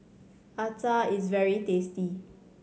acar is very tasty